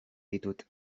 ditut